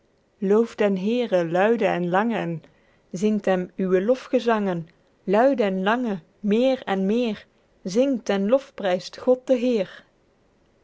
looft den heere luide en lange en zingt hem uwe lofgezangen luide en lange meer en meer zingt en lofpryst god den heer